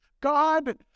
God